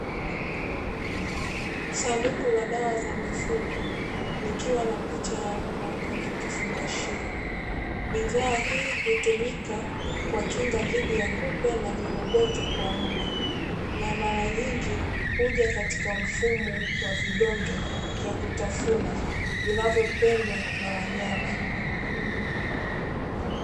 Sanduku la dawa za mifugo likiwa na picha ya mbwa kwenye kifungashio. Bidhaa hii hutumika kuwakinga dhidi ya kupe na viroboto kwa mbwa na mara nyingi huja katika mfumo wa vidonge vya kutafuna vinavyopendwa na wanyama.